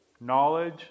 knowledge